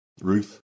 Ruth